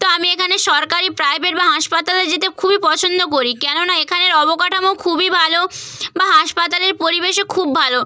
তো আমি এখানে সরকারি প্রাইভেট বা হাসপাতালে যেতে খুবই পছন্দ করি কেননা এখানের অবকাঠামো খুবই ভালো বা হাসপাতালের পরিবেশও খুব ভালো